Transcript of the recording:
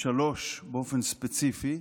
לשלוש באופן ספציפי,